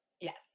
Yes